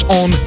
on